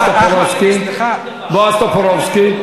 בועז טופורובסקי?